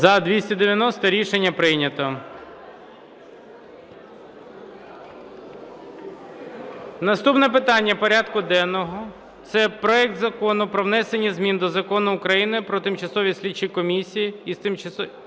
За-290 Рішення прийнято. Наступне питання порядку денного – це проект Закону про внесення змін до Закону України "Про тимчасові слідчі комісії